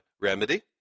remedy